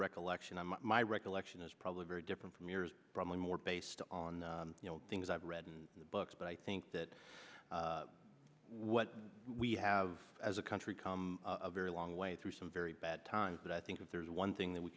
recollection of my recollection is probably very different from yours probably more based on the things i've read in the books but i think that what we have as a country come a very long way through some very bad times but i think that there's one thing that we